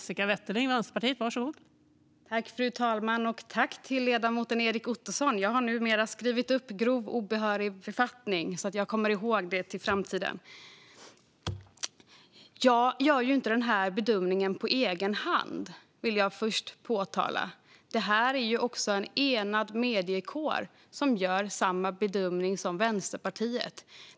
Fru talman! Jag tackar ledamoten Erik Ottoson; jag har nu skrivit upp begreppet grov obehörig befattning så att jag kommer ihåg det inför framtiden. Jag vill först påpeka att jag inte gör den här bedömningen på egen hand. En enad mediekår gör samma bedömning som Vänsterpartiet.